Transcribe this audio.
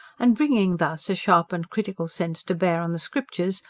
and bringing thus a sharpened critical sense to bear on the scriptures,